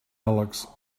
alex